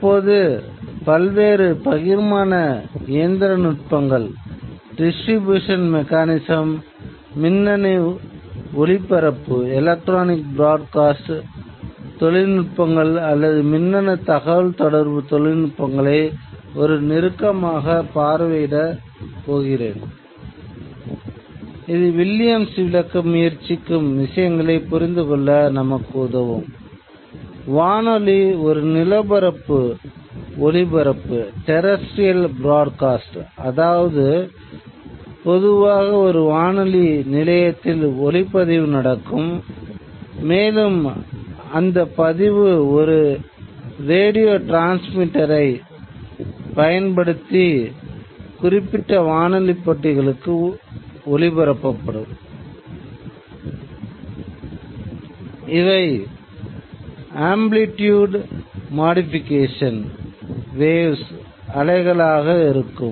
தற்போது பல்வேறு பகிர்மான இயந்திரநுட்பங்கள் அலைகளாக இருக்கும்